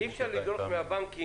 אי אפשר לדרוש מהבנקים